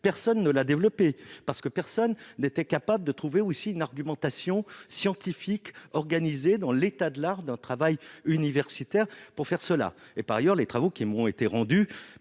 personne ne l'a développé parce que personne n'était capable de trouver aussi une argumentation scientifique organisé dans l'état de l'art d'un travail universitaire pour faire cela et par ailleurs les travaux qui aimeront été rendu